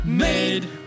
Made